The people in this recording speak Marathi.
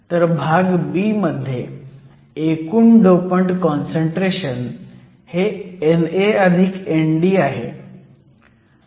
तर भाग b मध्ये एकूण डोपंट काँसंट्रेशन हे NA ND आहे